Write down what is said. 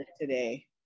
today